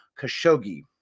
Khashoggi